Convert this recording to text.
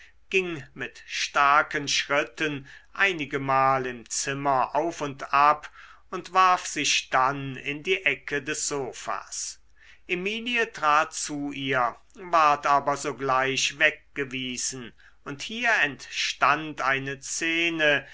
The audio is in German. ging mit starken schritten einigemal im zimmer auf und ab und warf sich dann in die ecke des sofas emilie trat zu ihr ward aber sogleich weggewiesen und hier entstand eine szene